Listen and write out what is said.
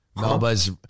Melba's